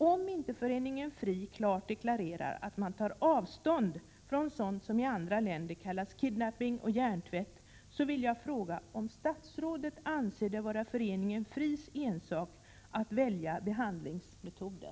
Om inte föreningen FRI klart deklarerar att den tar avstånd från sådant som i andra länder kallas kidnappning och hjärntvätt, då vill jag fråga om statsrådet anser det vara föreningen FRI:s ensak att välja behandlingsmetoder.